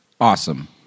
Awesome